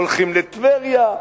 הולכים לטבריה,